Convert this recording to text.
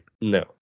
No